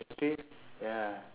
ya